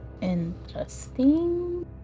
Interesting